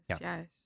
yes